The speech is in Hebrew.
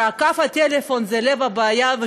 שקו הטלפון הוא לב הבעיה,